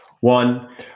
One